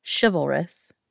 chivalrous